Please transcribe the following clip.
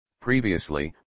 Previously